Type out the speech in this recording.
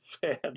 fan